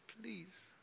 please